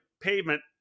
pavement